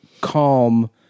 calm